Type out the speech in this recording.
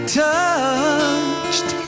touched